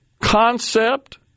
concept